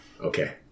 Okay